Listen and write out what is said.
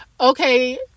Okay